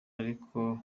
ariko